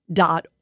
dot